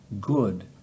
good